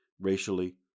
racially